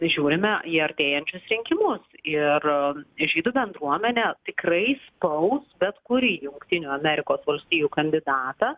žiūrime į artėjančius rinkimus ir žydų bendruomenė tikrai spaus bet kurį jungtinių amerikos valstijų kandidatą